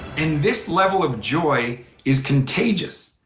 and this level of joy is contagious,